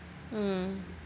mm